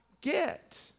get